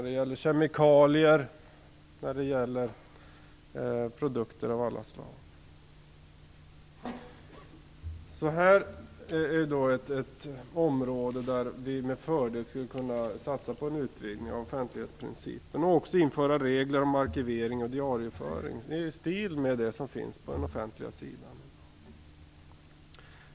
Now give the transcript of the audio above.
Det gäller kemikalier såväl som produkter av alla andra slag. Detta är alltså ett område där vi med fördel skulle kunna satsa på en utvidgning av offentlighetsprincipen. Vi skulle också kunna införa regler om arkivering och diarieföring i stil med de som finns på offentliga sidan.